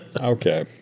Okay